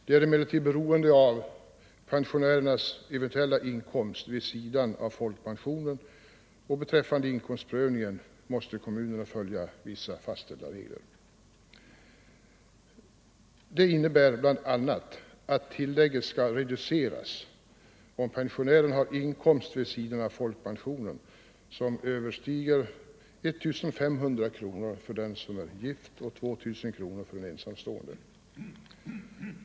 Det är emellertid beroende av pensionärernas eventuella inkomst vid sidan av folkpensionen, och vid inkomstprövningen måste kommunerna följa vissa fastställda regler. Det innebär bl.a. att tillägget skall reduceras om pensionären har inkomst vid sidan av folkpensionen som överstiger 1 500 kronor för gift och 2 000 kronor för ensamstående.